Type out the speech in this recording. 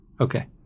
Okay